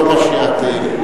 לא מה שאת רוצה.